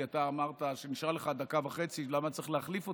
כי אתה אמרת כשנשארה לך דקה וחצי למה צריך להחליף אותה,